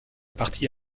partie